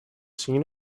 seen